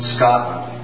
Scotland